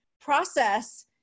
process